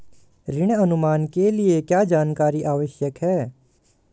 ऋण अनुमान के लिए क्या जानकारी आवश्यक है?